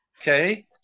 Okay